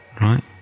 Right